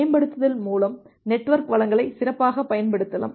எனவேமேம்படுத்துதல் மூலம் நெட்வொர்க் வளங்களை சிறப்பாகப் பயன்படுத்தலாம்